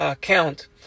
count